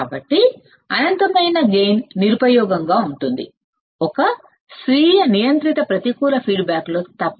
కాబట్టి అనంతమైన గైన్ నిరుపయోగంగా ఉంటుంది ఒక్క స్వీయ నియంత్రిత ప్రతికూల ఫీడ్బ్యాక్ లో తప్ప